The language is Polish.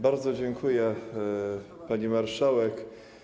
Bardzo dziękuję, pani marszałek.